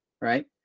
right